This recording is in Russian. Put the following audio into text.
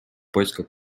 поисках